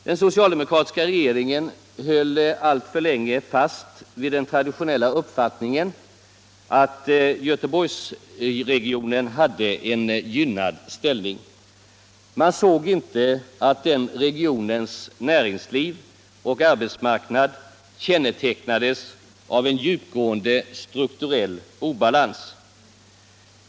Den socialdemokratiska regeringen höll alltför länge fast vid den traditionella uppfattningen att Göteborgsregionen hade en gynnad ställning. Man såg inte att den regionens näringsliv och arbetsmarknad kännetecknades av en djupgående strukturell obalans.